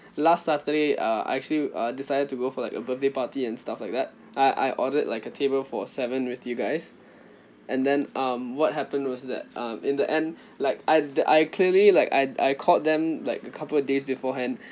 last saturday uh I actually decided to go for like a birthday party and stuff like that I I ordered like a table for seven with you guys and then um what happened was that um in the end like I I clearly like I I called them like a couple days beforehand